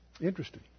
Interesting